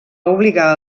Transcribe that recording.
obligar